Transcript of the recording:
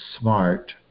smart